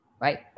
right